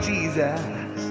Jesus